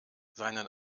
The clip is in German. seinen